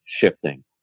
shifting